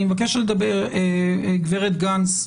גב' גנס,